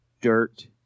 dirt